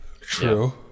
True